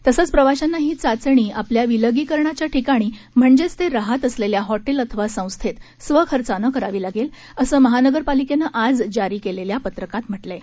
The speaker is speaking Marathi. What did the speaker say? तसंच प्रवाशांना ही चाचणी आपल्या विलगीकरणाच्या ठिकाणी म्हणजेच ते राहत असलेल्या हॉटेल अथवा संस्थेत स्वखर्चानं करावी लागेल असं महानगरपालिकेनं आज जारी केलेल्या पत्रकात म्हटलं आहे